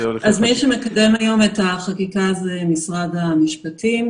מי שמקדם היום את החקיקה זה משרד המשפטים.